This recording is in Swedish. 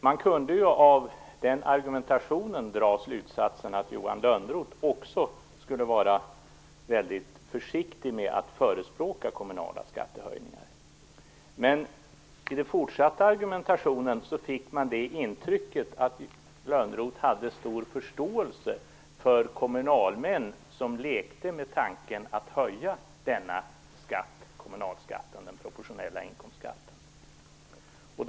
Man kunde av den argumentationen dra slutsatsen att Johan Lönnroth också skulle vara väldigt försiktig med att förespråka kommunala skattehöjningar. Men i den fortsatta argumentationen fick man intrycket att Lönnroth hade stor förståelse för kommunalmän som lekte med tanken att höja denna skatt, kommunalskatten, den proportionella inkomstskatten.